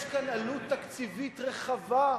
יש כאן עלות תקציבית רחבה,